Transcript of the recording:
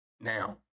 Now